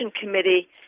committee